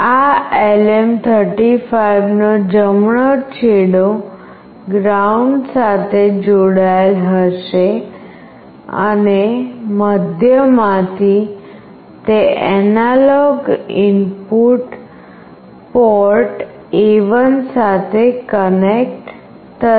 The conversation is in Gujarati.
આ LM35 નો જમણો છેડો ગ્રાઉન્ડ સાથે જોડાયેલ હશે અને મધ્ય માં થી તે એનાલોગ પોર્ટ A1 સાથે કનેક્ટ થશે